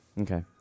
Okay